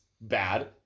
bad